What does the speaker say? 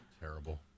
Terrible